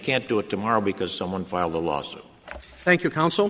can't do it tomorrow because someone filed a lawsuit thank you coun